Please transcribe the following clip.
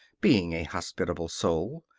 being a hospitable soul.